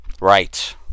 Right